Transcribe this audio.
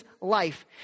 life